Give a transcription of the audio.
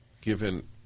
given